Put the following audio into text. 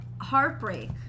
heartbreak